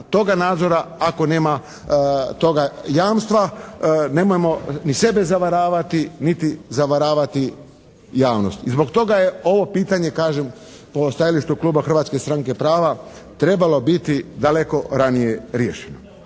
toga nadzora, ako nema toga jamstva. Nemojmo ni sebe zavaravati, niti zavaravati javnost. I zbog toga je ovo pitanje kažem po stajalištu Hrvatske stranke prava trebalo biti daleko ranije riješeno.